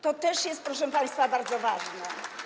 To też jest, proszę państwa, bardzo ważne.